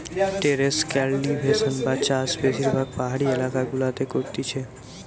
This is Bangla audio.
টেরেস কাল্টিভেশন বা চাষ বেশিরভাগ পাহাড়ি এলাকা গুলাতে করতিছে